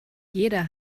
jeder